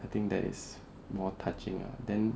I think that is more touching ah then